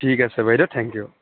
ঠিক আছে বাইদেউ থ্যেংক ইউ